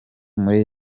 muri